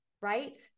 right